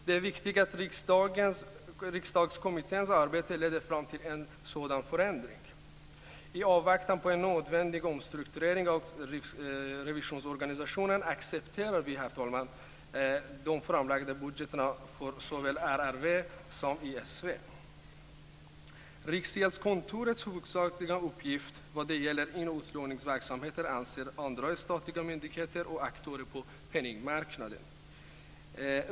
Det är viktigt att riksdagens och Riksdagskommitténs arbete leder fram till en sådan förändring. I avvaktan på en nödvändig omstrukturering av riksrevisionsorganisationen accepterar vi, herr talman, de framlagda budgetarna för såväl RRV som ESV. Riksgäldskontorets huvudsakliga uppgift när det gäller in och utlåningsverksamhet avser andra statliga myndigheter och aktörer på penningmarknaden.